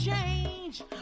change